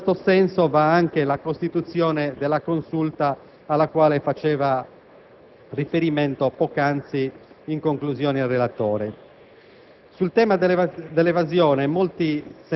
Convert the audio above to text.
superiori a quelle manifestate fin ora. In questo senso va anche la costituzione della Consulta, alla quale faceva riferimento poc'anzi in conclusione il relatore.